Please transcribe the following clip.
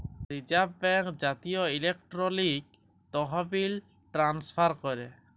reserve bank জাতীয় electronic তহবিল transfer ক্যরে